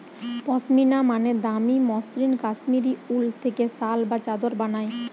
পশমিনা মানে দামি মসৃণ কাশ্মীরি উল থেকে শাল বা চাদর বানায়